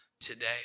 today